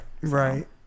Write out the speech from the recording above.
Right